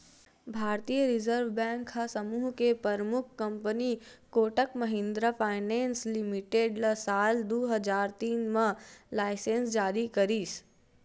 भारतीय reserve bank ह समूह के परमुख company Kotak Mahindra finance limited ल साल दू हजार तीन म लाइनेंस जारी करिस